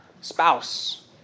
spouse